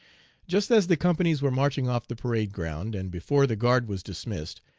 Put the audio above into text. just as the companies were marching off the parade ground, and before the guard was dismissed,